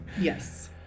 Yes